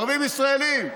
ערבים ישראלים,